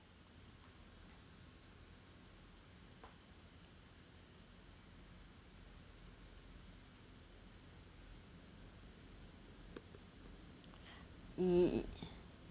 ya